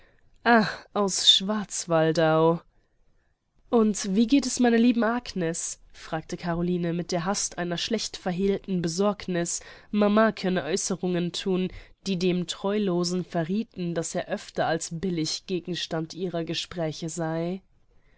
aus schwarzwaldau und wie geht es meiner lieben agnes fragte caroline mit der hast einer schlechtverhehlten besorgniß mama könne aeußerungen thun die dem treulosen verriethen daß er öfter als billig gegenstand ihrer gespräche sei